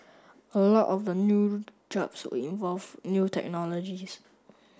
a lot of the new jobs would involve new technologies